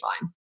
fine